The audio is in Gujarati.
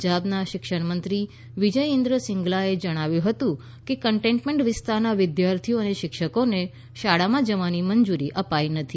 પંજાબના શિક્ષણમંત્રી વિજય ઈન્દ્ર શિંગલાએ જણાવ્યું હતું કે કન્ટેનમેન્ટ વિસ્તારના વિદ્યાર્થીઓ અને શિક્ષકોને શાળામાં જવાની મંજૂરી અપાઈ નથી